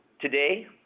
Today